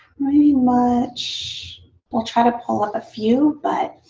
pretty much i'll try to pull up a few but.